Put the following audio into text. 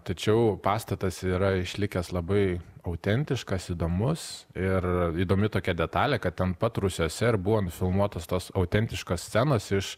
tačiau pastatas yra išlikęs labai autentiškas įdomus ir įdomi tokia detalė kad ten pat rūsiuose ir buvo nufilmuotos tos autentiškos scenos iš